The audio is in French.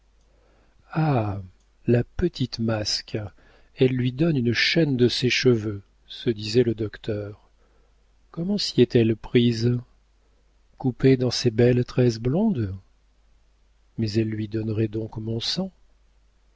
la petite masque elle lui donne une chaîne de ses cheveux se disait le docteur comment s'y est-elle prise couper dans ses belles tresses blondes mais elle lui donnerait donc mon sang